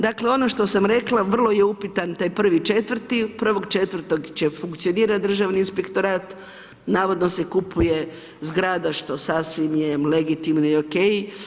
Dakle, ono što sam rekla, vrlo je upitan taj 1.4., 1.4. će funkcionirati Državni inspektorat, navodno se kupuje zgrada što sasvim je legitimno i okej.